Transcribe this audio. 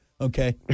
okay